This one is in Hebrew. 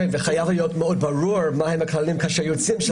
חייב להיות מאוד ברור מה הם הכללים כאשר יוצאים.